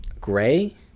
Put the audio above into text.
gray